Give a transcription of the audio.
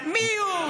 מיהו,